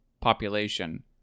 population